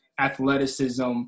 athleticism